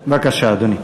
בבקשה, אדוני.